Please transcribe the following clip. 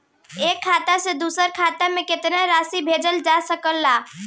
एक खाता से दूसर खाता में केतना राशि भेजल जा सके ला?